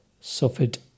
suffered